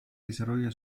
desarrolla